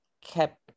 kept